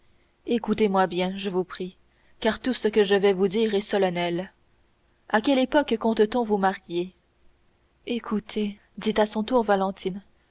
écoutez-moi bien je vous prie car tout ce que je vais vous dire est solennel à quelle époque compte t on vous marier écoutez dit à son tour valentine